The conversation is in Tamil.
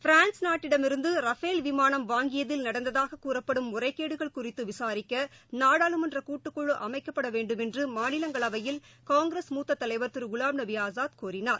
பிரான்ஸ் நாட்டிடமிருந்தரபேல் விமானம் வாங்கியதில் நடந்ததாகக் கூறப்படும் முறைகேடுகள் குறித்துவிசாரிக்கநாடாளுமன்றகூட்டுக்குழுஅமைக்கவேண்டுமென்றுமாநிலங்களவையில் காங்கிரஸ் மூத்ததலவர் திருகுலாம்நபிஆஸாத் கோரினார்